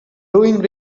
doing